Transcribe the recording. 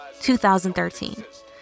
2013